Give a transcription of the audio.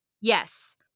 yes